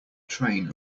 train